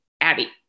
Abby